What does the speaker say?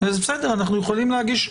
וזה בסדר, אנחנו יכולים להגיש,